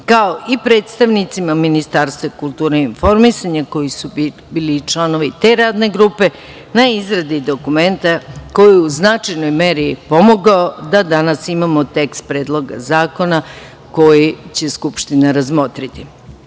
kao i predstavnicima Ministarstva kulture i informisanja koji su bili i članovi te Radne grupe na izgradi dokumenta koji je u značajnoj meri pomogao da danas imamo tekst Predloga zakona koji će Skupština razmotriti. Mere